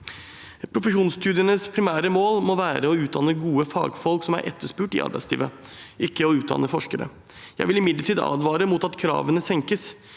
Profesjonsstudienes primære mål må være å utdanne gode fagfolk som er etterspurt i arbeidslivet, ikke å utdanne forskere. Jeg vil imidlertid advare mot at kravene senkes.